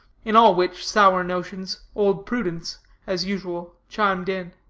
in all which sour notions old prudence, as usual, chimed in.